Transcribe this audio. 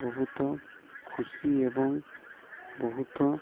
ବହୁତ ଖୁସି ଏବଂ ବହୁତ